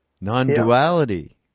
non-duality